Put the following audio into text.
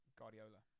Guardiola